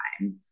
time